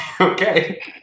Okay